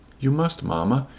you must, mamma,